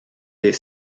des